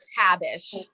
Tabish